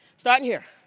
start and here.